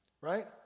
right